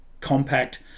compact